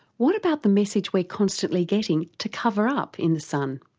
what about the message we're constantly getting to cover up in the sun?